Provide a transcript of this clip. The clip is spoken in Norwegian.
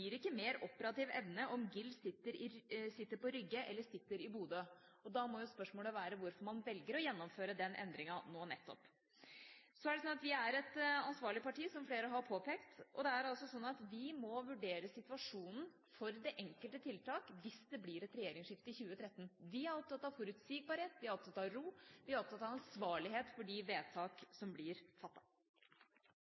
ikke gir mer operativ evne om GIL sitter på Rygge eller i Bodø. Da må jo spørsmålet være hvorfor man velger å gjennomføre den endringen nettopp nå. Vi er et ansvarlig parti, som flere har påpekt. Vi må vurdere situasjonen for det enkelte tiltak hvis det blir regjeringsskifte i 2013. Vi er opptatt av forutsigbarhet. Vi er opptatt av ro. Vi er opptatt av ansvarlighet for de vedtak